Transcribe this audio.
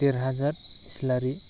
देरहासात इस्लारि